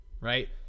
Right